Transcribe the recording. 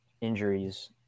injuries